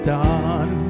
done